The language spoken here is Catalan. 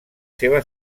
seva